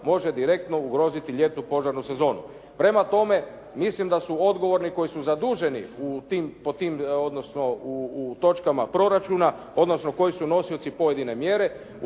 može direktno ugroziti ljetnu požarnu sezonu. Prema tome, mislim da su odgovorni koji su zaduženi u tim, odnosno u točkama proračuna, odnosno koji su nosioci pojedine mjere.